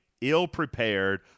ill-prepared